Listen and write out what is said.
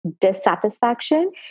dissatisfaction